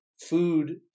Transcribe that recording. food